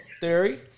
theory